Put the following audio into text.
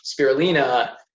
spirulina